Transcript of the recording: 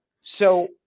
So-